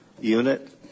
unit